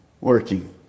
working